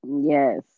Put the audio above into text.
Yes